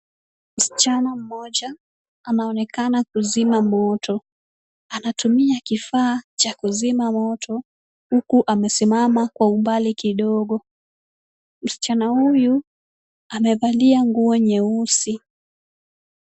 Msichana mmoja anaonekana kuzima moto. Anatumia kifaa cha kuzima moto huku amesimama kwa umbali kidogo. Msichana huyu amevalia nguo nyeusi.